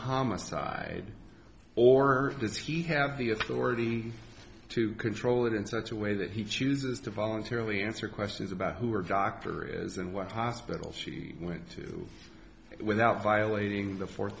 homicide or does he have the authority to control it in such a way that he chooses to voluntarily answer questions about who are doctors and what hospital she went to without violating the fourth